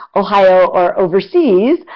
ohio, or overseas,